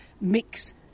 mix